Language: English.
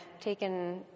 taken